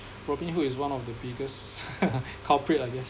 Robinhood is one of the biggest corporate I guess